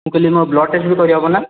ମୁଁ କହିଲି ମୋ ବ୍ଲଡ଼୍ ଟେଷ୍ଟ ବି କରିହେବ ନା